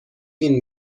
این